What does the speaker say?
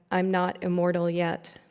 i'm not immortal yet.